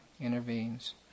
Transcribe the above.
intervenes